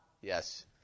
Yes